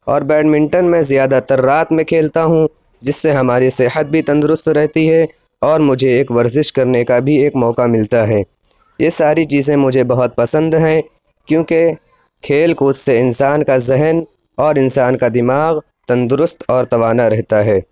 اور بیڈمنٹن میں زیادہ تر رات میں کھیلتا ہوں جس سے ہماری صحت بھی تندرست رہتی ہے اور مجھے ایک ورزش کرنے کا بھی ایک موقع ملتا ہے یہ ساری چیزیں مجھے بہت پسند ہیں کیوں کہ کھیل کود سے انسان کا ذہن اور انسان کا دِماغ تندرست اور توانا رہتا ہے